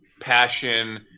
passion